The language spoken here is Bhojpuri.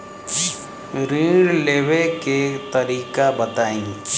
ऋण लेवे के तरीका बताई?